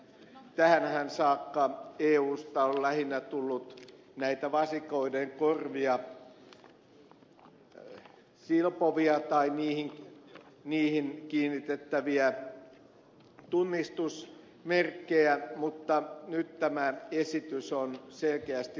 tähänhän saakka eusta on lähinnä tullut näitä vasikoiden korvia silpovia tai niihin kiinnitettäviä tunnistusmerkkejä mutta nyt tämä esitys on selkeästi laaja